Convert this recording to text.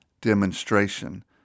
demonstration